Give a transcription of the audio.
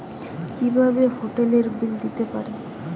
কিভাবে হোটেলের বিল দিতে পারি?